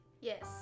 Yes